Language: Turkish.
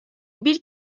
bir